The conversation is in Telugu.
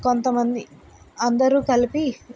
కొంతమంది అందరూ కలిపి